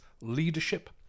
leadership